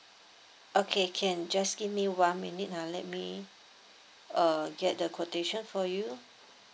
okay can just give me one minute ah let me uh get the quotation for you